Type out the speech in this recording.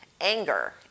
anger